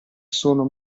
sono